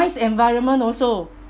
nice environment also